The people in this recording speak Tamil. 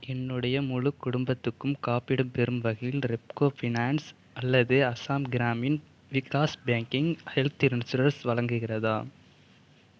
என்னுடைய முழு குடும்பத்துக்கும் காப்பீடு பெறும் வகையில் ரெப்கோ ஃபைனான்ஸ் அல்லது Assam Gramin Vikas banking health insurance வழங்குகிறதா